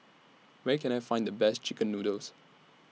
Where Can I Find The Best Chicken Noodles